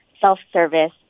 self-service